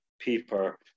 paper